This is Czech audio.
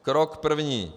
Krok první.